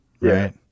Right